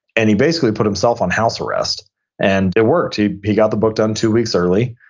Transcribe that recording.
and he basically put himself on house arrest and it worked. he he got the book done two weeks early,